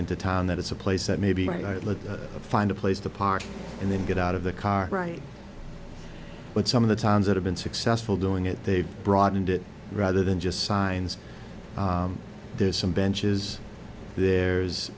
into town that it's a place that maybe right let's find a place to park and then get out of the car right but some of the towns that have been successful doing it they've broadened it rather than just signs there's some benches there's